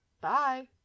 Bye